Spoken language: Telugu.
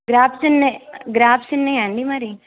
గ్రాఫ్స్ ఉన్నాయా గ్రాఫ్స్ ఉన్నాయా అండి మరి